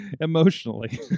Emotionally